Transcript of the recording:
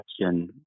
question